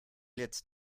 jetzt